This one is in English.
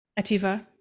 Ativa